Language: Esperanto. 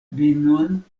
vinon